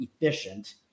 efficient